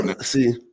See